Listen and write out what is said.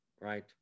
right